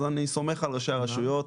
אז אני סומך על ראשי הרשויות,